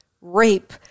rape